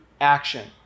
action